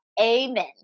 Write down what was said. amen